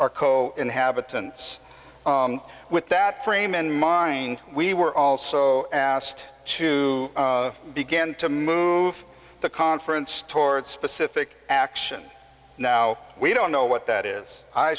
arko inhabitants with that frame in mind we were also asked to begin to move the conference toward specific action now we don't know what that is i